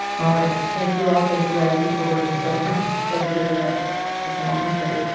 alright, thank you all. thank you i t for working so hard to try to get her back technologies great